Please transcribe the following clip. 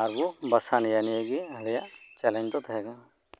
ᱟᱨ ᱵᱚᱱ ᱵᱷᱟᱥᱟᱱ ᱮᱭᱟ ᱱᱤᱭᱟᱹᱜᱮ ᱪᱮᱞᱮᱧᱡᱽ ᱫᱚ ᱛᱟᱦᱮᱸ ᱠᱟᱱᱟ